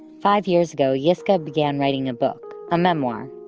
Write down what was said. five years ago, yiscah began writing a book, a memoir,